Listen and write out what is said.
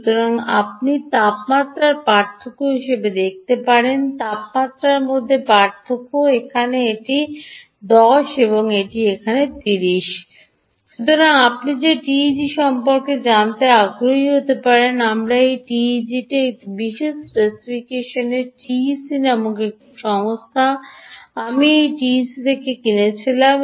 সুতরাং আপনি তাপমাত্রার পার্থক্য হিসাবে দেখতে পারেন তাপমাত্রার মধ্যে পার্থক্য এখানে এটি 10 এবং এখানে এটি 30 সুতরাং আপনি যে টিইজি সম্পর্কে জানতে আগ্রহী হতে পারেন আমরা এই টিইজিটির বিশেষ স্পেসিফিকেশনটি টিইসি নামক একটি সংস্থার আমি এটি টিইসি থেকে কিনেছিলাম